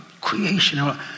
creation